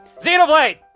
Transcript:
Xenoblade